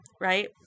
right